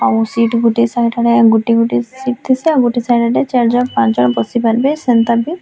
ଆଉ ସିଟ୍ ଗୁଟେ ସାଇଟ୍ ଆଡ଼େ ଗୁଟେ ଗୁଟେ ସିଟ୍ ଥିସି ଆଉ ଗୁଟେ ସାଇଟ୍ ଆଡ଼େ ଚାରଜଣ୍ ପାଞ୍ଚଜଣ୍ ବସି ପାରବେ ସେନ୍ତା ବି